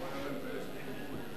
לא היתה להם טייסת כיבוי.